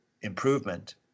improvement